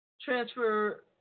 transfer